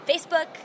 Facebook